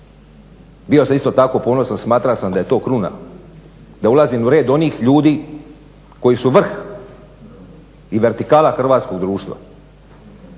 bio sam isto tako ponosan, smatrao sam da je to kruna, da ulazim u red onih ljudi koji su vrh i vertikala hrvatskog društva.